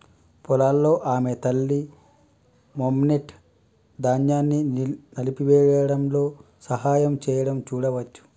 పొలాల్లో ఆమె తల్లి, మెమ్నెట్, ధాన్యాన్ని నలిపివేయడంలో సహాయం చేయడం చూడవచ్చు